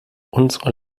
unsere